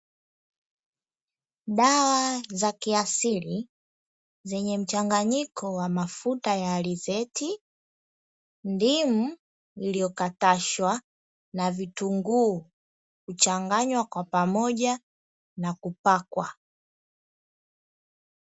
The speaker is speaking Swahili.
Dawa za kiasili zenye mchanganyiko wa mafuta ya alizeti, ndimu iliyokatashwa na vitunguu. Huchanganywa kwa pamoja na kupakwa.